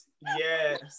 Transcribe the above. Yes